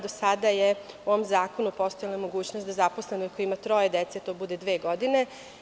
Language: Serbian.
Do sada je u ovom zakonu postojala mogućnost da zaposlena koja ima troje dece to bude dve godine.